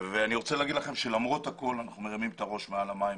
ואני רוצה להגיד לכם שלמרות הכול אנחנו מרימים את הראש מעל המים.